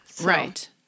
Right